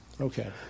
Okay